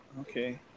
Okay